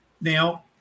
Now